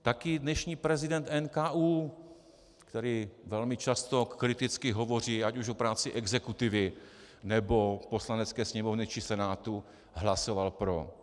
Taky dnešní prezident NKÚ, který velmi často kriticky hovoří ať už o práci exekutivy, nebo Poslanecké sněmovny či Senátu, hlasoval pro.